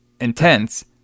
intense